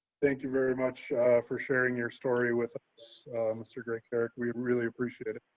thank you very much for sharing your story with us, mr. graycare, we really appreciate it.